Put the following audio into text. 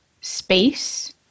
space